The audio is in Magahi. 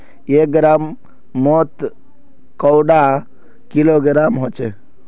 एक ग्राम मौत कैडा किलोग्राम होचे?